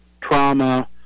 trauma